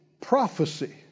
prophecy